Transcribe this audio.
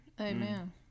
Amen